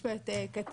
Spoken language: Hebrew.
יש פה את קתרין,